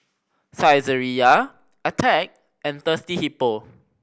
Saizeriya Attack and Thirsty Hippo